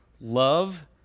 Love